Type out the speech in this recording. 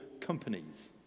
companies